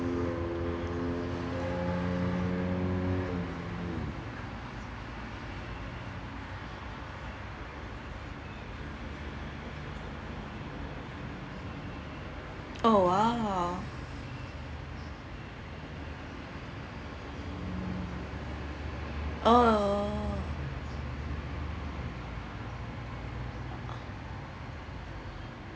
oh !wow! oo